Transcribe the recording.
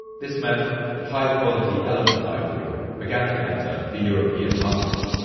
this meant that high-quality elephant ivory began to enter the european market.